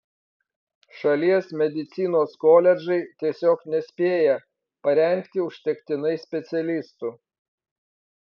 šalies medicinos koledžai tiesiog nespėja parengti užtektinai specialistų